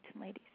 ladies